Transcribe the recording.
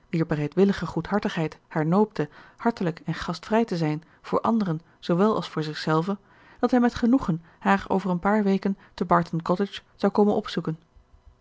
wier bereidwillige goedhartigheid haar noopte hartelijk en gastvrij te zijn voor anderen zoowel als voor zichzelve dat hij met genoegen haar over een paar weken te barton cottage zou komen opzoeken